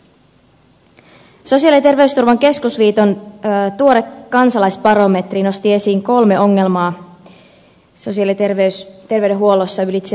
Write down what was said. sosiaali ja terveysturvan keskusliiton tuore kansalaisbarometri nosti esiin kolme ongelmaa sosiaali ja terveydenhuollossa ylitse muiden